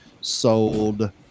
sold